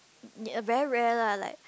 a very rare lah like